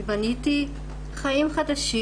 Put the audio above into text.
אני בניתי חיים חדשים.